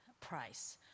price